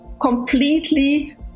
Completely